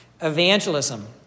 Evangelism